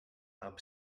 amb